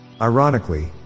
Ironically